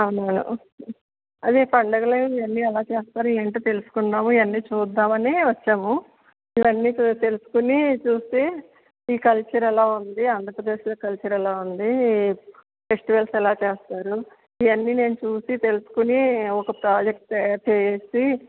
అవునా అదే పండుగలు ఇవన్నీ ఎలా చేస్తారో ఏంటో తెలుసుకుందాం ఇవన్నీ చూద్దామనే వచ్చాము ఇవన్నీ తెలుసుకొని చూసి ఈ కల్చర్ ఎలా ఉంది ఆంధ్రప్రదేశ్లో కల్చర్ ఎలా ఉంది ఫెస్టివల్స్ ఎలా చేస్తారు ఇవన్నీ నేను చూసి తెలుసుకుని ఒక ప్రాజెక్ట్ తయారు చేసి